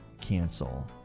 Cancel